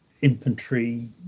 infantry